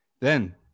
Then